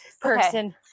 person